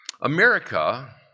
America